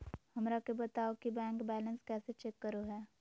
हमरा के बताओ कि बैंक बैलेंस कैसे चेक करो है?